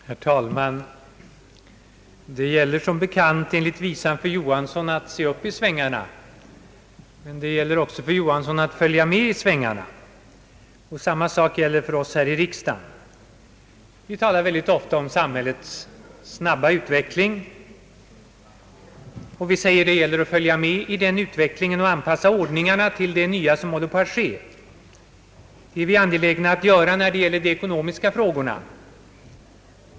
Herr talman! Det gäller som bekant enligt visan för Johansson att se upp i svängarna. Det gäller också för Johansson att följa med i svängarna. Detsamma gäller för oss här i riksdagen. Vi talar ofta om samhällets snabba utveckling och vi säger att det gäller att följa med i denna utveckling och anpassa ordningarna efter det nya som håller på att ske. Det är vi angelägna om att göra när det gäller de ekonomiska frågorna.